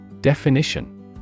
Definition